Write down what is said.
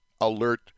alert